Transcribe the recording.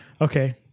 Okay